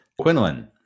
Quinlan